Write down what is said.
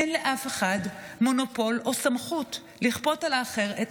אין לאף אחד מונופול או סמכות לכפות על האחר את